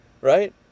right